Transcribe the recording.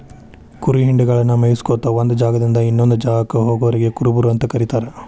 ಕುರಿ ಹಿಂಡಗಳನ್ನ ಮೇಯಿಸ್ಕೊತ ಒಂದ್ ಜಾಗದಿಂದ ಇನ್ನೊಂದ್ ಜಾಗಕ್ಕ ಹೋಗೋರಿಗೆ ಕುರುಬರು ಅಂತ ಕರೇತಾರ